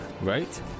right